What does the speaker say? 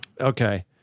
Okay